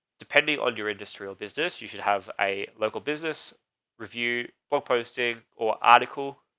depending on your industrial business, you should have a local business review, blog posting or article